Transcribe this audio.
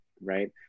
right